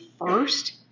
first